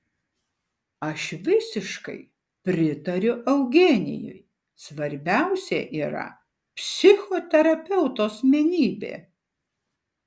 aš visiškai pritariu eugenijui svarbiausia yra psichoterapeuto asmenybė